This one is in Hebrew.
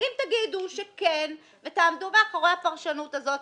אם תגידו שכן ותעמדו מאחורי הפרשנות הזאת,